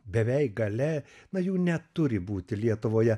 beveik gale na jų neturi būti lietuvoje